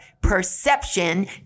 perception